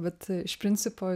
bet iš principo